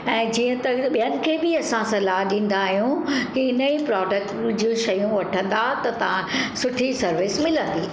ऐं जीअं त ॿियनि खे बि असां सलाहु ॾींदा आहियूं की हिन ई प्रोडक्ट जूं शयूं वठंदा त तव्हां सुठी सर्विस मिलंदी